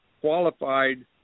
qualified